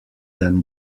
than